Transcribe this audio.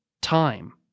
time